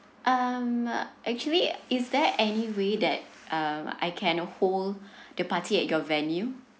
um actually is there any way that um I can hold the party at your venue